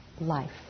life